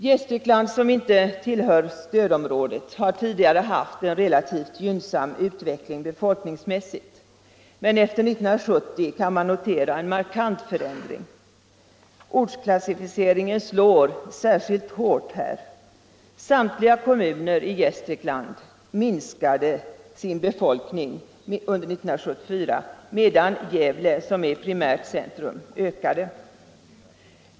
Gästrikland, som ej tillhör stödområdet, har tidigare haft en relativt gynnsam utveckling befolkningsmässigt, men efter 1970 kan man notera en markant förändring. Ortsklassificeringen slår särskilt hårt här. Samtliga kommuner i Gästrikland minskade sin befolkning 1974 medan Gävle, som är primärt centrum, ökade befolkningen.